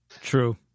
True